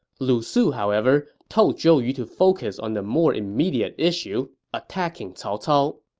lu su, however, told zhou yu to focus on the more immediate issue attacking cao cao.